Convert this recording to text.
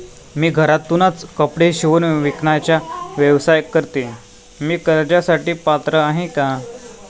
मी घरातूनच कपडे शिवून विकण्याचा व्यवसाय करते, मी कर्जासाठी पात्र आहे का?